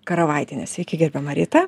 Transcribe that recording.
karavaitienė sveiki gerbiama rita